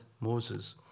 Moses